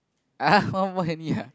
ah home what any ah